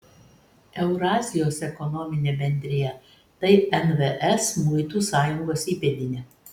eurazijos ekonominė bendrija tai nvs muitų sąjungos įpėdinė